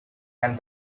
and